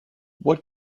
what